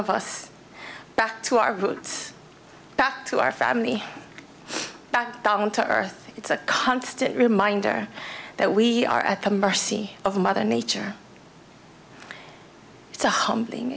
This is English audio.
of us back to our roots back to our family back down to earth it's a constant reminder that we are at the mercy of mother nature so humbling